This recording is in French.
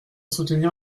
soutenir